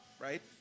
Right